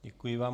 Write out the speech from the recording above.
Děkuji vám.